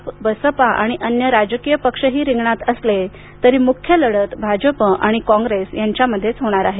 आप बसपा आणि अन्य राजकीय पक्षही रिंगणात असले तरी मुख्य लढत भाजप आणि कॉंग्रेस यांच्यामध्ये होणार आहे